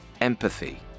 empathy